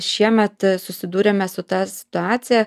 šiemet susidūrėme su ta situacija